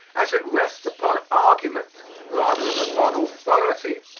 as it rests upon argument rather than upon authority,